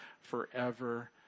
forever